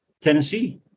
Tennessee